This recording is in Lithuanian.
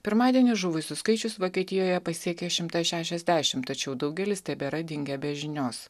pirmadienį žuvusių skaičius vokietijoje pasiekė šimtą šešiasdešimt tačiau daugelis tebėra dingę be žinios